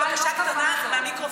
בקשה קטנה מהמיקרופון,